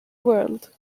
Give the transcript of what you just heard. world